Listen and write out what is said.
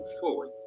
forward